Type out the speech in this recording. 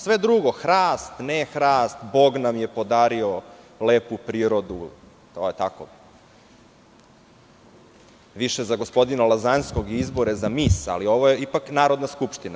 Sve drugo, hrast, ne hrast, Bog nam je podari lepu prirodu, to je više za gospodina Lazanskog i izbore za mis, ali ovo je ipak Narodna skupština.